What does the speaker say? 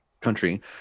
country